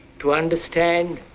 to understand